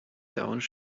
don’t